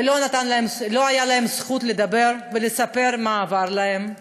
ולא הייתה להן זכות לדבר ולספר מה עבר עליהן,